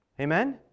Amen